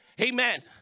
Amen